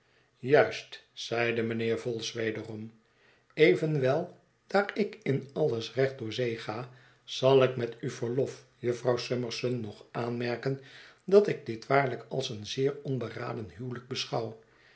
juist zeide mijnheer vholes wederom evenwel daar ik in alles recht door zee ga zal ik met uw verlof jufvrouw summerson nog aanmerken dat ik dit waarlijk als een zeer onberaden huwelijk beschouw